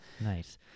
Nice